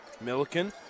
Milliken